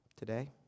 Today